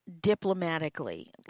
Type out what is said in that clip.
diplomatically